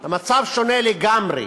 המצב שונה לגמרי: